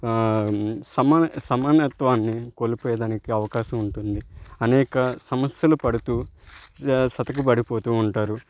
సమ సమానత్వాన్ని కోల్పోయేదానికి అవకాశం ఉంటుంది అనేక సమస్యలు పడుతూ స చతికిల పడిపోతూ ఉంటారు